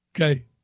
Okay